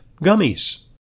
Gummies